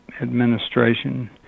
administration